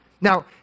Now